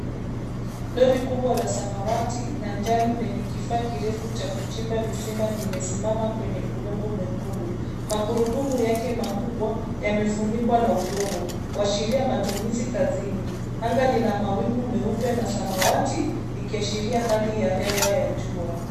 Lori kubwa la samawati na njano lenye kifaa kirefu cha kuchimba visima limesimama kwenye udongo mwekundu. Magurudumu yake makubwa yamefunikwa na udongo kuashiria matumizi kazini. Anga lina mawingu meupe na samawati ikiashiria hali ya hewa ya jua.